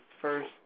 first